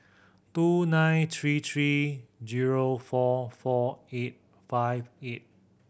two nine three three zero four four eight five eight